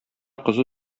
кызы